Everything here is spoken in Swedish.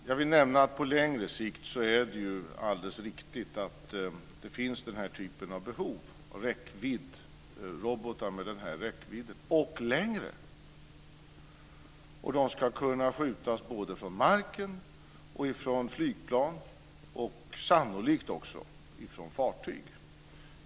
Fru talman! Jag vill nämna att det på längre sikt är alldeles riktigt att vi har behov av robotar med denna räckvidd och även med längre räckvidd. De ska kunna skjutas både från marken och från flygplan liksom sannolikt också från fartyg.